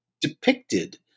depicted